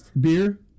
Beer